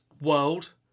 world